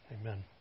Amen